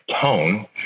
tone